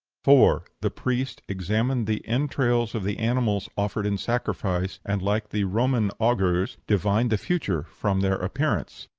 four. the priest examined the entrails of the animals offered in sacrifice, and, like the roman augurs, divined the future from their appearance.